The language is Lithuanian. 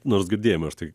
nors girdėjome štai